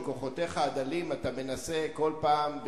בכוחותיך הדלים אתה מנסה כל פעם,